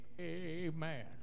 Amen